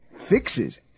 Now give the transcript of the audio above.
fixes